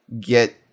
get